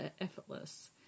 effortless